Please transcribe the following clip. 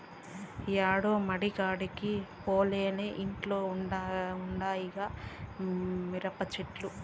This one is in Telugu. యాడో మడికాడికి పోనేలే ఇంట్ల ఉండాయిగా మిరపచెట్లు